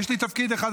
יש לי תפקיד אחד,